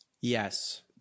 Yes